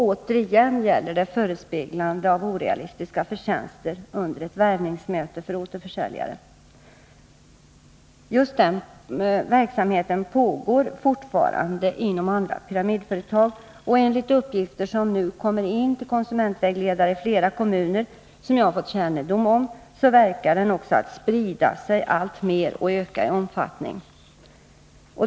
Återigen gäller det förespeglande av orealistiska förtjänster under ett värvningsmöte för återförsäljare. Just den verksamheten pågår fortfarande inom andra pyramidföretag, och enligt uppgifter som nu kommer in till konsumentvägledare i flera kommuner verkar den också att sprida sig alltmer och öka i omfattning.